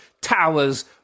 Towers